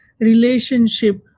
relationship